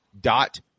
dot